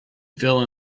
fill